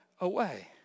Away